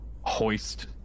hoist